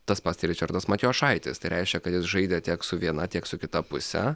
tas pats ričardas matijošaitis tai reiškia kad jis žaidė tiek su viena tiek su kita puse